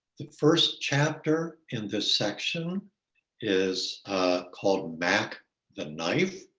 the first chapter in this section is called mack the knife.